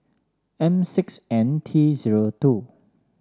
M six N T zero two